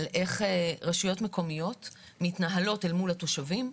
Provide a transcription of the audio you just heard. איך רשויות מקומיות מתנהלות אל מול התושבים,